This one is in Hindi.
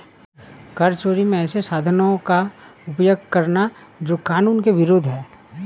कर चोरी में ऐसे साधनों का उपयोग करना जो कानून के विरूद्ध है